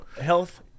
health